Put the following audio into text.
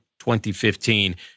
2015